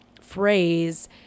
phrase